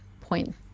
point